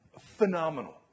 phenomenal